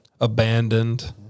abandoned